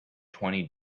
twenty